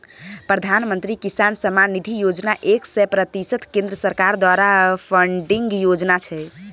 प्रधानमंत्री किसान सम्मान निधि योजना एक सय प्रतिशत केंद्र सरकार द्वारा फंडिंग योजना छै